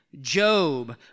Job